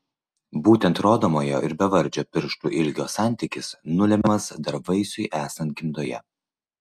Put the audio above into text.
būtent rodomojo ir bevardžio pirštų ilgio santykis nulemiamas dar vaisiui esant gimdoje